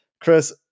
Chris